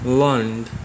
learned